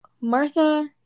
Martha